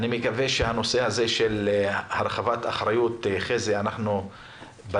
אני מקווה שנושא הרחבת אחריות חזי שוורצמן,